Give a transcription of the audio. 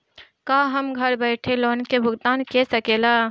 का हम घर बईठे लोन के भुगतान के शकेला?